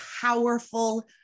powerful